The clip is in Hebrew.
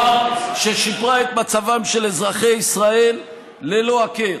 ששיפרה את מצבם של אזרחי ישראל ללא הכר.